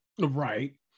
right